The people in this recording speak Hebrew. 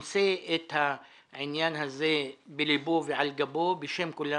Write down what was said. נושא את העניין הזה בלבו ועל גבו בשם כולנו,